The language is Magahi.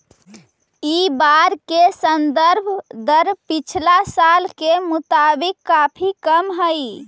इ बार के संदर्भ दर पिछला साल के मुताबिक काफी कम हई